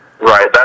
Right